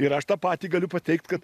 ir aš tą patį galiu pateikt kad